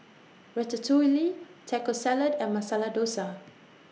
Ratatouille Taco Salad and Masala Dosa